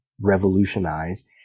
revolutionized